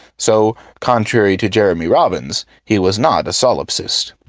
so, contrary to jeremy robbins, he was not a solipsist.